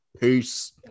Peace